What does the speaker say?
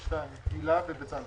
הצעה לסדר של חברת הכנסת הילה שי וזאן,